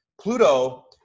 Pluto